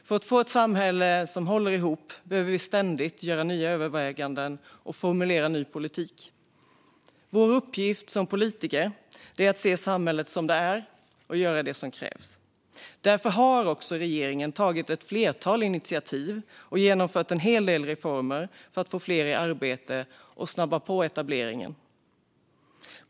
För att få ett samhälle som håller ihop behöver vi ständigt göra nya överväganden och formulera ny politik. Vår uppgift som politiker är att se samhället som det är och göra det som krävs. Därför har regeringen tagit ett flertal initiativ och genomfört en hel del reformer för att få fler i arbete och snabba på etableringen.